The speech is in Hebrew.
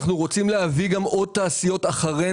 אנחנו רוצים גם להביא עוד תעשיות אחרינו.